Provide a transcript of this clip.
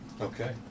Okay